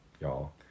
y'all